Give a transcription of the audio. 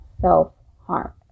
self-harm